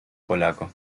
polaco